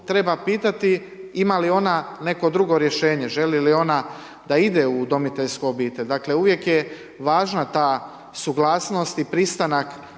treba pitati ima li ona neko drugo rješenje, želi li ona da ide u udomiteljsku obitelj. Dakle, uvijek je važna ta suglasnost i pristanak